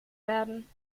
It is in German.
werden